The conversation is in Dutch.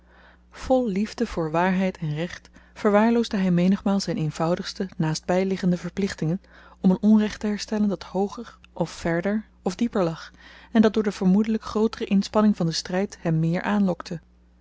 vol liefde voor waarheid en recht verwaarloosde hy menigmaal zyn eenvoudigste naastbyliggende verplichtingen om een onrecht te herstellen dat hooger of verder of dieper lag en dat door de vermoedelyk grootere inspanning van den stryd hem meer aanlokte